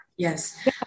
Yes